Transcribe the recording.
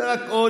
זו רק עוד